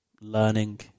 learning